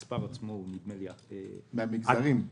מהמגזרים.